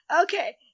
Okay